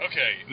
Okay